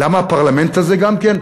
למה הפרלמנט הזה, גם כן?